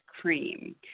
cream